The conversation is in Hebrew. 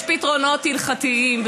יש פתרונות הלכתיים,